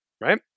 right